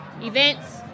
events